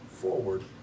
forward